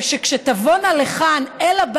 זה שכשתבואנה לכאן נפגעות תקיפה מינית,